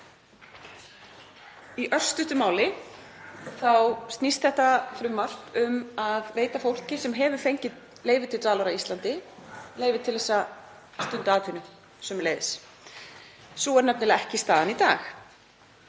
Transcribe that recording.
Í örstuttu máli þá snýst frumvarpið um að veita fólki sem hefur fengið leyfi til dvalar á Íslandi leyfi til að stunda atvinnu sömuleiðis. Sú er nefnilega ekki staðan í dag.